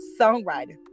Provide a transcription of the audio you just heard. songwriter